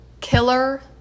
killer